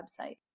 website